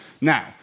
Now